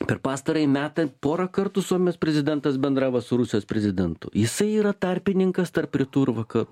per pastarąjį metą porą kartų suomijos prezidentas bendravo su rusijos prezidentu jisai yra tarpininkas tarp rytų ir vakarų